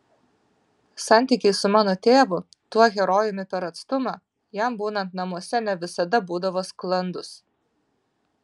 santykiai su mano tėvu tuo herojumi per atstumą jam būnant namuose ne visada būdavo sklandūs